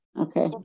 Okay